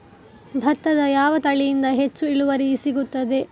ಭತ್ತದ ಯಾವ ತಳಿಯಿಂದ ಹೆಚ್ಚು ಇಳುವರಿ ಸಿಗುತ್ತದೆ?